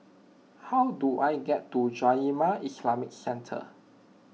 how do I get to Jamiyah Islamic Centre